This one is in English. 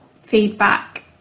feedback